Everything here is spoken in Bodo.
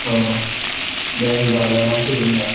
औ औ दे होनबा लानानै फैदो होमबा